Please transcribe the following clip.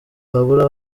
babura